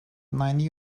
ninety